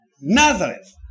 Nazareth